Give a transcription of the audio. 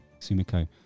Sumiko